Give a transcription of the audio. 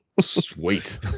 Sweet